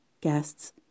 guests